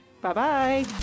Bye-bye